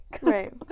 right